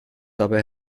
dabei